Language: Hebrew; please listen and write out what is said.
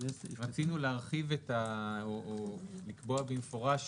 רצינו לקבוע במפורש,